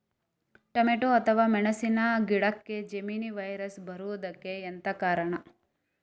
Tomato ಅಥವಾ ಮೆಣಸಿನ ಗಿಡಕ್ಕೆ ಜೆಮಿನಿ ವೈರಸ್ ಬರುವುದಕ್ಕೆ ಎಂತ ಕಾರಣ?